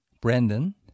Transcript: Brandon